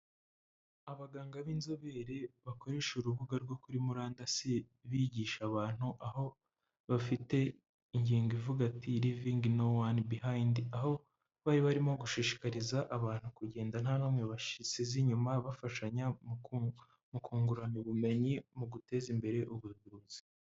Abaganga b'inzobere bakoresha urubuga rwo kuri murandasi bigisha abantu, aho bafite ingingo ivuga ati: "Leaving no one behind", aho bari barimo gushishikariza abantu kugenda nta n'umwe basize inyuma, bafashanya mu kungurana ubumenyi, mu guteza imbere ubuvuzi.